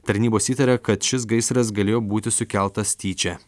tarnybos įtaria kad šis gaisras galėjo būti sukeltas tyčia